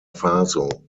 faso